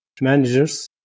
managers